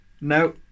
No